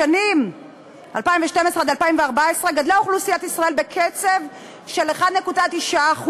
בשנים 2012 2014 גדלה אוכלוסיית ישראל בקצב של 1.9%,